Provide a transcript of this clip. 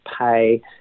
pay